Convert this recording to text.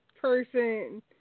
person